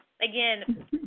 Again